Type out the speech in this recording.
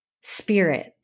spirit